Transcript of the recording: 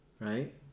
right